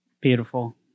Beautiful